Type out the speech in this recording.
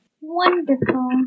Wonderful